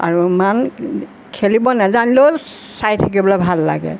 আৰু ইমান খেলিব নাজানিলেও চাই থাকিবলৈ ভাল লাগে